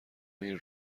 این